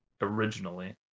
Originally